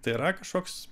tai yra kažkoks